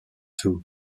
two